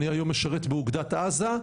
אני היום משרת באוגדת עזה,